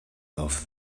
off